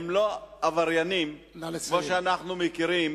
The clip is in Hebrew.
הם לא עבריינים, כמו שאנחנו מכירים